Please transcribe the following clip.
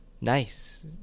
nice